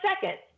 second